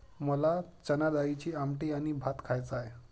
मला चणाडाळीची आमटी आणि भात खायचा आहे